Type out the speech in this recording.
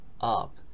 up